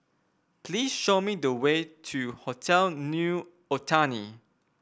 please show me the way to Hotel New Otani